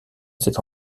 cet